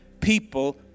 people